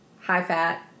high-fat